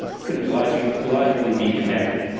couldn't logically logically be connected.